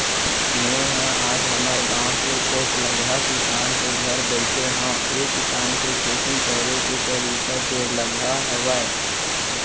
मेंहा आज हमर गाँव के पोठलगहा किसान के घर बइठे हँव ऐ किसान के खेती करे के तरीका जोरलगहा हावय